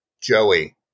Joey